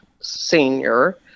senior